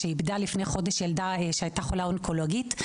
שאיבדה לפני חודש ילדה שהיתה חולה אונקולוגית,